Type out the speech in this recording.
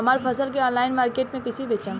हमार फसल के ऑनलाइन मार्केट मे कैसे बेचम?